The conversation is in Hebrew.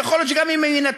יכול להיות שגם אם יינתנו,